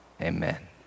amen